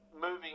Moving